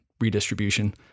redistribution